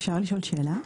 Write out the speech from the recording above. אפשר לשאול שאלה?